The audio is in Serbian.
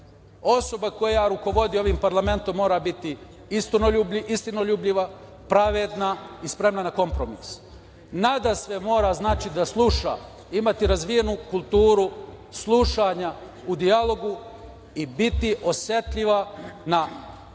Osoba koja rukovodi ovim Parlamentom mora biti istinoljubljiva, pravedna i spremna na kompromis. Nadasve mora da sluša, ima razvijenu kulturu slušanja u dijalogu i biti osetljiva na druge